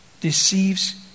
deceives